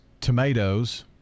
tomatoes